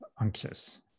anxious